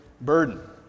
burden